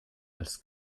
als